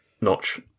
Notch